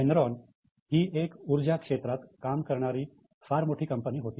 Enron ही एक उर्जा क्षेत्रात काम करणारी फार मोठी कंपनी होती